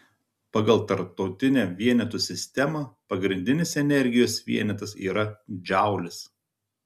pagal tarptautinę vienetų sistemą pagrindinis energijos vienetas yra džaulis